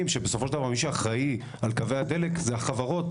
שבסוף מי שאחראי על קווי הדלק זה החברות,